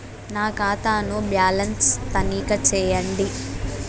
నా ఖాతా ను బ్యాలన్స్ తనిఖీ చేయండి?